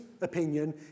opinion